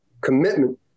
commitment